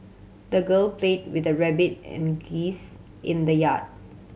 the girl played with the rabbit and geese in the yard